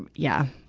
yeah.